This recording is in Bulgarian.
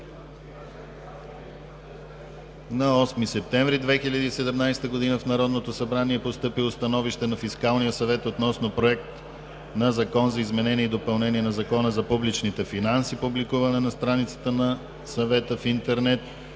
На 8 септември 2017 г. в Народното събрание е постъпило Становище на Фискалния съвет относно Проект на Закон за изменение и допълнение на Закона за публичните финанси. Публикуван е на страницата на Съвета в интернет.